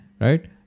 right